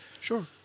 sure